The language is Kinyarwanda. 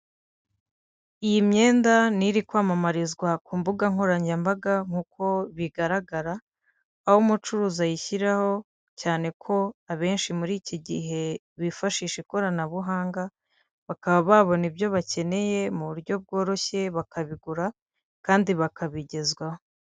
Iyi myenda ni iri kwamamarizwa ku mbuga nkoranyambaga nk'uko bigaragara, aho umucuruzi ayishyiraho cyane ko abenshi muri iki gihe bifashisha ikoranabuhanga, bakaba babona ibyo bakeneye mu buryo bworoshye bakabigura, kandi bakabigezwaho.